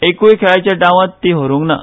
एकूय खेळाच्या डावांत ती हारूंक ना